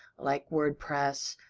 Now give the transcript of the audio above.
like wordpress,